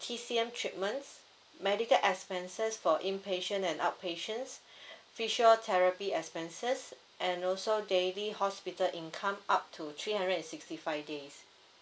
T_C_M treatments medical expenses for inpatient and outpatients physiotherapy expenses and also daily hospital income up to three hundred and sixty five days